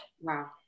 wow